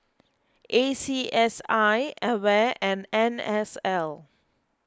A C S I Aware and N S L